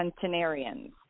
centenarians